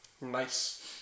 Nice